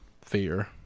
fear